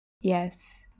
Yes